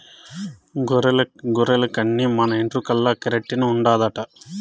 గొర్రెల కన్ని మన ఎంట్రుకల్ల కెరటిన్ ఉండాదట